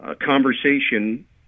conversation